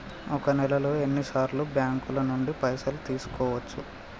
ఒక నెలలో ఎన్ని సార్లు బ్యాంకుల నుండి పైసలు తీసుకోవచ్చు?